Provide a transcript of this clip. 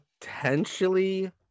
potentially